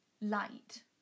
light